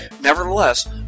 Nevertheless